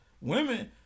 Women